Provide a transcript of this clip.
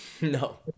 No